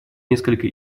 несколько